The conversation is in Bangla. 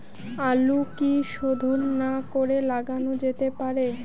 আলু কি শোধন না করে লাগানো যেতে পারে?